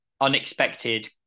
unexpected